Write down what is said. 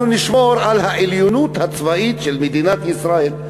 נשמור על העליונות הצבאית של מדינת ישראל,